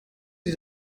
die